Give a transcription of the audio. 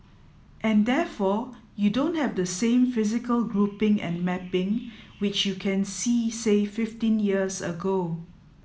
and therefore you don't have the same physical grouping and mapping which you can see say fifteen years ago